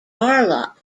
darla